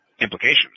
implications